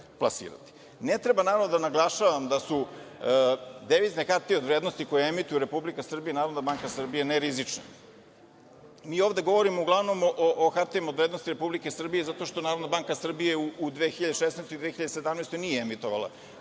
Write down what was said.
treba da naglašavam da su devizne hartije od vrednosti koje emituje Republika Srbija i Narodna banka Srbije nerizične. Mi ovde govorimo uglavnom o hartijama od vrednosti Republike Srbije zato što Narodna banka Srbije u 2016. i 2017. godini nije emitovala